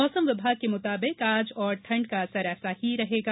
मौसम विभाग के मुताबिक आज और ठंड का ऐसा ही असर रहेगा